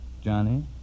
Johnny